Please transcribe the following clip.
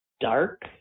dark